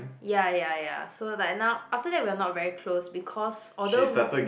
ya ya ya so like now after that we're not very close because although